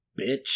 bitch